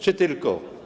Czy tylko?